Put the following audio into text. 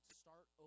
start